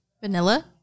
Vanilla